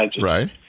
Right